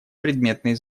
предметные